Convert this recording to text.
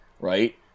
right